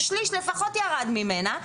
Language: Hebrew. ששליש לפחות ירד ממנה,